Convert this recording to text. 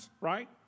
right